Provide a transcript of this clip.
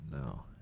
No